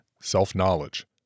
Self-Knowledge